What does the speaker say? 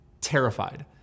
terrified